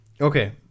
Okay